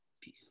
peace